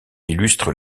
illustrent